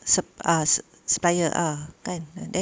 supp~ ah supplier ah kan ah then